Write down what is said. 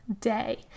day